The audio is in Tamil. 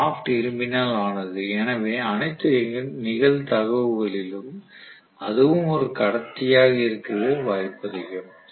ஷாப்ட் இரும்பினால் ஆனது எனவே அனைத்து நிகழ்தகவுகளிலும் அதுவும் ஒரு கடத்தியதாக இருக்கவே வாய்ப்பு அதிகம்